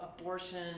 abortion